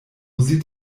sieht